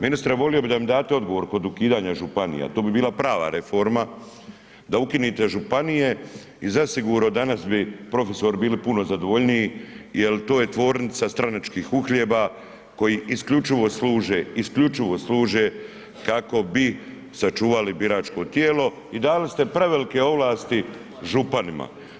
Ministre, volio bi da mi date odgovor kod ukidanja županija, tu bi bila prava reforma, da ukinete županije i zasigurno danas bi profesori bili puno zadovoljniji jer to je tvornica stranačkih uhljeba koji isključivo služe kako bi sačuvali biračko tijelo i dali ste prevelike ovlasti županima.